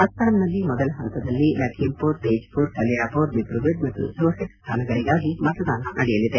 ಅಸ್ಸಾಂನಲ್ಲಿ ಮೊದಲ ಹಂತದಲ್ಲಿ ಲಖೀಂಪುರ್ ತೇಜ್ ಪುರ್ ಕಲಿಯಾಬೋರ್ ದಿಬ್ರುಗಢ್ ಮತ್ತು ಜೋರ್ಹಟ್ ಸ್ವಾನಗಳಿಗಾಗಿ ಮತದಾನ ನಡೆಯಲಿದೆ